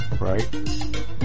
right